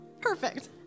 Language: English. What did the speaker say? Perfect